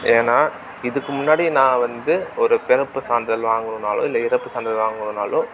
ஏன்னால் இதுக்கு முன்னாடி நான் வந்து ஒரு பிறப்பு சான்றிதழ் வாங்கணுன்னாலோ இல்லை இறப்பு சான்றிதழ் வாங்கணுன்னாலோ